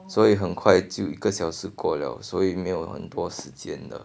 所以很快就一个小时过了所以没有很多时间的